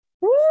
woo